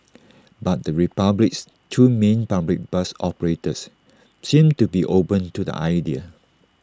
but the republic's two main public bus operators seem to be open to the idea